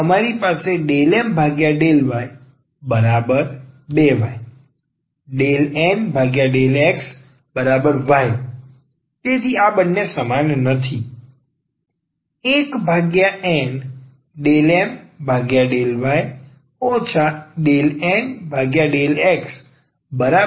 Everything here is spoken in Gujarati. તેથી અમારી પાસે ∂M∂y2y ∂N∂xy તેથી આ બંને સમાન નથી